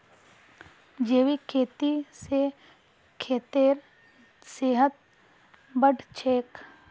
जैविक खेती स खेतेर सेहत बढ़छेक